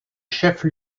chefs